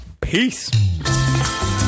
Peace